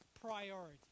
priority